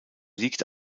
liegt